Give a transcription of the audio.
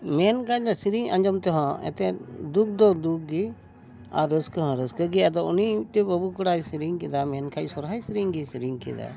ᱢᱮᱱᱠᱷᱟᱱ ᱤᱧ ᱫᱚ ᱥᱮᱨᱮᱧ ᱟᱸᱡᱚᱢ ᱛᱮᱦᱚᱸ ᱮᱱᱛᱮᱫ ᱫᱩᱠ ᱫᱚ ᱫᱩᱠ ᱜᱮ ᱟᱨ ᱨᱟᱹᱥᱠᱟᱹ ᱦᱚᱸ ᱨᱟᱹᱥᱠᱟᱹ ᱜᱮ ᱟᱫᱚ ᱩᱱᱤ ᱢᱤᱫᱴᱮᱱ ᱵᱟᱹᱵᱩ ᱠᱚᱲᱟᱭ ᱥᱮᱨᱮᱧ ᱠᱮᱫᱟ ᱢᱮᱱᱠᱷᱟᱱ ᱥᱚᱦᱨᱟᱭ ᱥᱮᱨᱮᱧ ᱜᱮ ᱥᱮᱨᱮᱧ ᱠᱮᱫᱟ